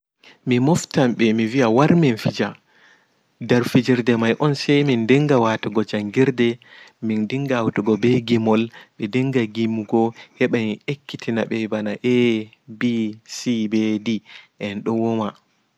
Mi moftan ɓe mi wi'a ɓe war min fija nɗer fijirɗe mai on se min ɗinga waatugo jangirɗe min ɗinga watugo ɓe gimugo heɓa en ekkitina ɓe ɓana a, b, c ɓe ɗ enɗo wama.